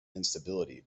instability